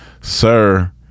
Sir